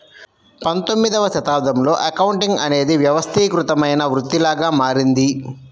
పంతొమ్మిదవ శతాబ్దంలో అకౌంటింగ్ అనేది వ్యవస్థీకృతమైన వృత్తిలాగా మారింది